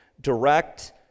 direct